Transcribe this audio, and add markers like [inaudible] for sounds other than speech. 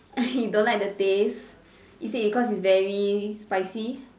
[laughs] you don't like the taste is it because it's very spicy